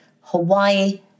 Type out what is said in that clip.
Hawaii